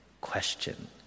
question